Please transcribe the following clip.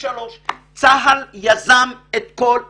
מלחמה זו צה"ל יזם את כל הפעולות.